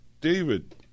David